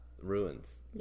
ruins